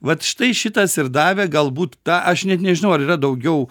vat štai šitas ir davė galbūt tą aš net nežinau ar yra daugiau